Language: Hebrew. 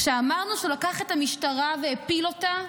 כשאמרנו שהוא לקח את המשטרה והפיל אותה,